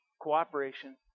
cooperation